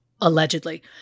allegedly